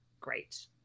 Great